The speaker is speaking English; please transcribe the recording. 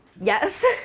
Yes